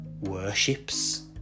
worships